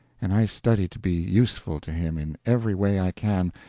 and i study to be useful to him in every way i can,